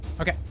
Okay